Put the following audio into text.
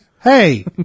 Hey